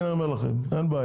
הנה אני אומר לכם, אין בעיה.